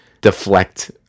deflect